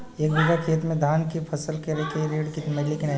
एक बिघा खेत मे धान के फसल करे के ऋण मिली की नाही?